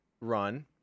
run